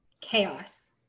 chaos